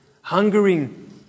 hungering